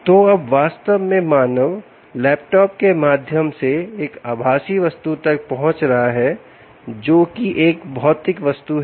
तो अब वास्तव में मानव लैपटॉप के माध्यम से एक आभासी वस्तु तक पहुंच रहा है जोकि एक भौतिक वस्तु है